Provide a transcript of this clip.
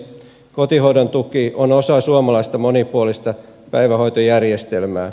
kotihoidon tuki on osa suomalaista monipuolista päivähoitojärjestelmää